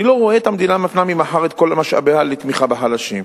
אני לא רואה את המדינה מפנה ממחר את כל משאביה לתמיכה בחלשים.